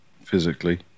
physically